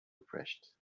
refreshed